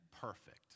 perfect